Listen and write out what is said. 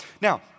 Now